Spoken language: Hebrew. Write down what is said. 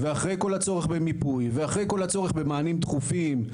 אחרי כל הצורך במיפוי ואחרי כל הצורך במענים דחופים,